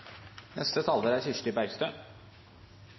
neste er